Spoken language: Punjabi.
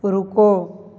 ਰੁਕੋ